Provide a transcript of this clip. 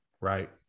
right